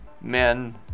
men